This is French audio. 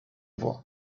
voie